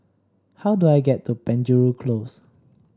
how do I get to Penjuru Close